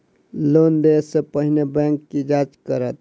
Loan देय सा पहिने बैंक की जाँच करत?